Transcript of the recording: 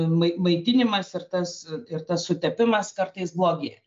mai maitinimas ir tas ir tas sutepimas kartais blogėja